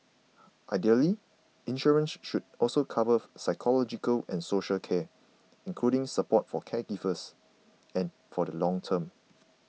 ideally insurance should also cover psychological and social care including support for caregivers and for the long term